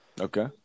Okay